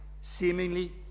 seemingly